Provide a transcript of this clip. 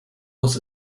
was